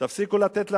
תפסיקו לתת לאנשים,